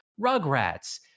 Rugrats